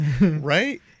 Right